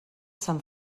sant